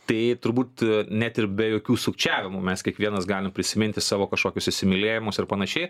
tai turbūt net ir be jokių sukčiavimų mes kiekvienas galim prisiminti savo kažkokius įsimylėjimus ir panašiai